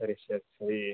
சரி சரி சரி